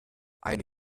eine